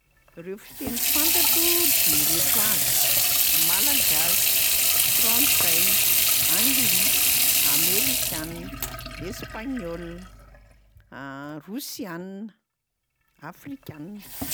Reo fiteny fantatro de reto avy: malagasy, frantsay, anglisy, amerikana, espaniola, rosiana, afrikana.